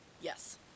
yes